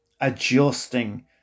adjusting